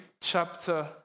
chapter